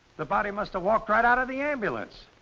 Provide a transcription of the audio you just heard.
the body must have walked right out of the ambulance.